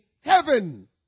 heaven